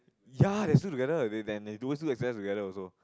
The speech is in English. !ya! let's do together then they always do exercise together also